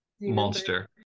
monster